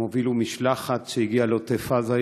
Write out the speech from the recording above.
הם הובילו משלחת שהגיעה לעוטף עזה,